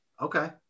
okay